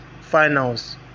finals